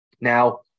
Now